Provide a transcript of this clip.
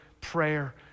prayer